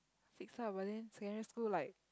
fix lah but then secondary school like